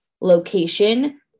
location